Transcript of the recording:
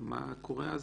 מה קורה אז?